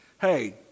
hey